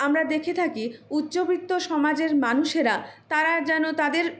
আমরা দেখে থাকি উচ্চবিত্ত সমাজের মানুষেরা তারা যেন তাদের